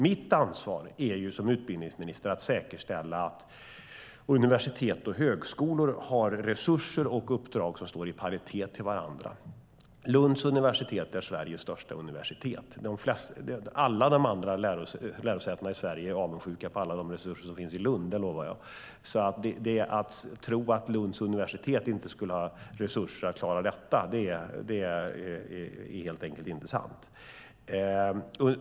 Mitt ansvar som utbildningsminister är att säkerställa att universitet och högskolor har resurser och uppdrag som står i paritet till varandra. Lunds universitet är Sveriges största universitet. Alla de andra lärosätena i Sverige är avundsjuka på de resurser som finns i Lund, det lovar jag. Att Lunds universitet inte skulle ha resurser att klara detta är helt enkelt inte sant.